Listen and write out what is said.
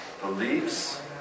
beliefs